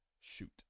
shoot